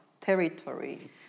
territory